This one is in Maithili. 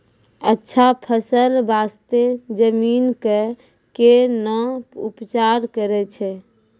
अच्छा फसल बास्ते जमीन कऽ कै ना उपचार करैय छै